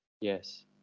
Yes